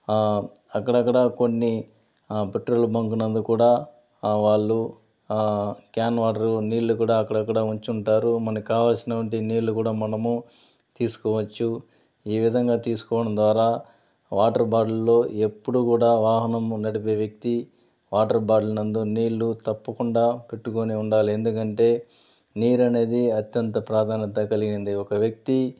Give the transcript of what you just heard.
అక్కడక్కడ కొన్ని petrol bunk నందు కూడా వాళ్లు క్యాన్ వాటర్ నీళ్లు కూడా అక్కడక్కడ ఉంచుకుంటారు మనకి కావాల్సినటువంటి నీళ్లు కూడా మనము తీసుకోవచ్చు ఈ విధంగా తీసుకోవడం ద్వారా వాటర్ బాటిల్లో ఎప్పుడూ కూడా వాహనం నడిపే వ్యక్తి వాటర్ బాటిల్ నందు నీళ్లు తప్పకుండా పెట్టుకొని ఉండాలి ఎందుకంటే నీరు అనేది అత్యంత ప్రాధాన్యత కలిగింది ఒక వ్యక్తి